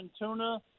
tuna